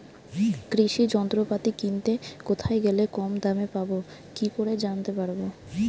কৃষি যন্ত্রপাতি কিনতে কোথায় গেলে কম দামে পাব কি করে জানতে পারব?